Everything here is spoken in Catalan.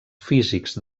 físics